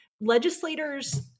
legislators